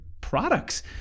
products